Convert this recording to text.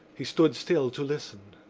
he stood still to listen.